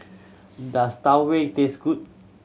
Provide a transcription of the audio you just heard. does Tau Huay taste good